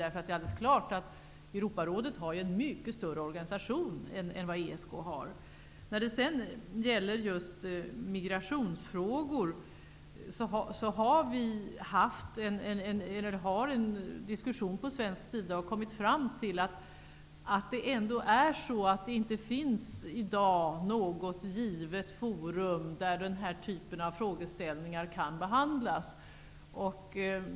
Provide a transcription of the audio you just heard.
Europarådet har naturligtvis en mycket större organisation än vad När det gäller migrationsfrågor har vi på svensk sida i en diskussion kommit fram till att det i dag inte finns något givet forum, där den här typen av frågor kan behandlas.